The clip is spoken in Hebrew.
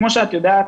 כמו שאת יודעת,